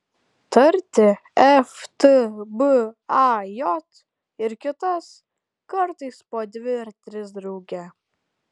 tarti f t b a j ir kitas kartais po dvi ar tris drauge